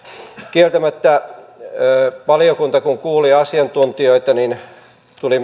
kieltämättä valiokunta kun kuuli asiantuntijoita tuli